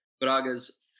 Braga's